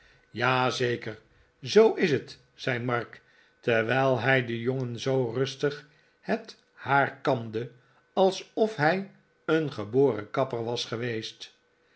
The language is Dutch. zeker zoo is het zei mark terwijl hij den jongen zoo rustig het haar kamde alsof hij een geboren kapper was geweest